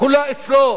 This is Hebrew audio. כולה אצלו.